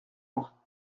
moi